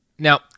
Now